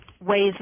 Ways